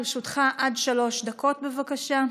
לרשותך עד שלוש דקות, בבקשה.